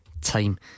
time